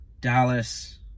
Dallas